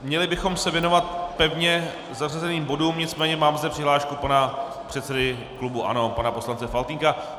Měli bychom se věnovat pevně zařazeným bodům, nicméně mám zde přihlášku pana předsedy klubu ANO, pana poslance Faltýnka.